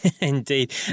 Indeed